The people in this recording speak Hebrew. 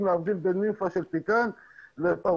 להבדיל בין נימפה של תיקן לפרעוש,